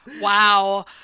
Wow